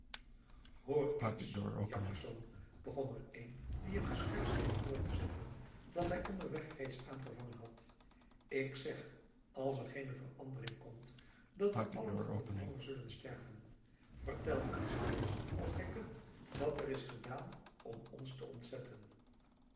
hoor eens jaspersz begon er een die een gesprek scheen voort te zetten dat hij onderweg reeds aangevangen had ik zeg als er geene verandering komt dat we allen van den honger zullen sterven vertel ons eens als gij kunt wat is er gedaan om ons te ontzetten